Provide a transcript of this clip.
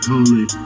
Holy